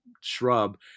shrub